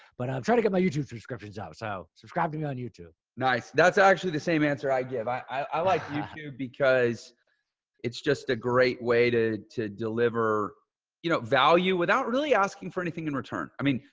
but i've trying to get my youtube subscriptions up. so subscribe to me on youtube. jeff lerner nice. that's actually the same answer i give. i i like youtube, because it's just a great way to to deliver you know value without really asking for anything in return. i mean,